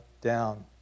down